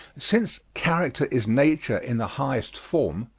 since character is nature in the highest form,